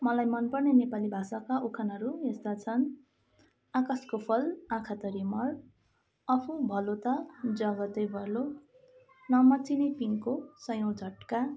मलाई मनपर्ने नेपाली भाषाका उखानहरू यस्ता छन् आकाशको फल आँखा तरि मर आफू भलो त जगतै भलो नमच्चिने पिङको सैयौँ झट्का